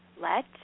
Let